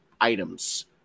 items